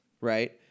right